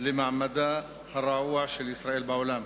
למעמדה הרעוע של ישראל בעולם.